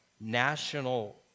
national